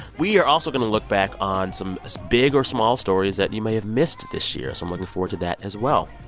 we are also going to look back on some big or small stories that you may have missed this year. so i'm looking forward to that as well.